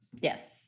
Yes